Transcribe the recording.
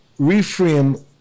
Reframe